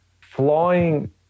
flying